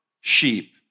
sheep